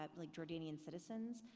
um like jordanian citizens,